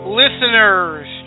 listeners